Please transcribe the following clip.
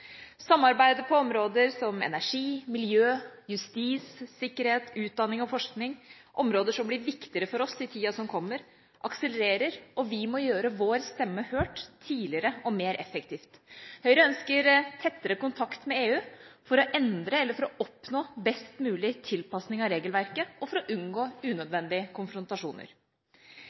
Samarbeidet på områder som energi, miljø, justis, sikkerhet, utdanning og forskning, områder som blir viktigere for oss i tida som kommer, akselererer, og vi må gjøre vår stemme hørt tidligere og mer effektivt. Høyre ønsker tettere kontakt med EU for å endre eller for å oppnå best mulig tilpasning av regelverket og for å unngå unødvendige konfrontasjoner.